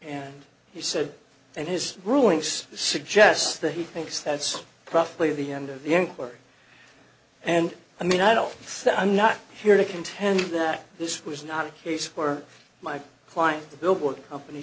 and he said and his ruling space suggests that he thinks that's probably the end of the inquiry and i mean i don't i'm not here to contend that this was not a case for my client the billboard company